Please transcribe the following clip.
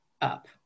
up